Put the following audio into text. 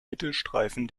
mittelstreifen